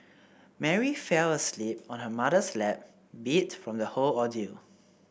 Mary fell asleep on her mother's lap beat from the whole ordeal